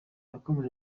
yakomeje